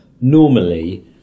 normally